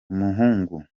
umuhungu